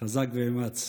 חזק ואמץ.